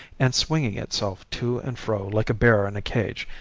and swinging itself to and fro like a bear in a cage,